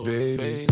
Baby